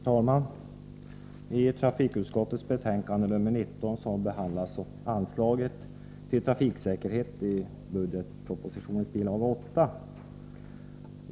Herr talman! I trafikutskottets betänkande nr 19 behandlas anslaget till trafiksäkerhet i budgetpropositionen, bil. 8.